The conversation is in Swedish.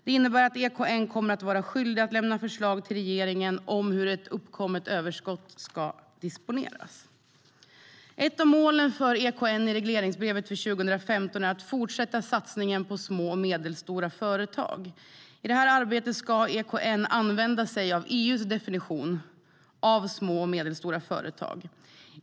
Det innebär att EKN kommer att vara skyldig att lämna förslag till regeringen om hur ett uppkommet överskott ska disponeras. Ett av målen för EKN i regleringsbrevet för 2015 är att fortsätta satsningen på små och medelstora företag. I detta arbete ska EKN använda sig av EU:s definition av små och medelstora företag.